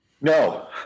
no